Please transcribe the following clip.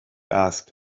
asked